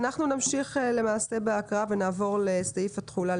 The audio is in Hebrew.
נמשיך בהקראה ונעבור לסעיף התחולה,